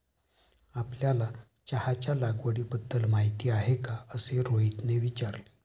आपल्याला चहाच्या लागवडीबद्दल माहीती आहे का असे रोहितने विचारले?